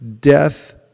death